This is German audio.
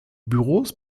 büros